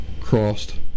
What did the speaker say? crossed